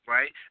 Right